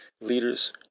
leaders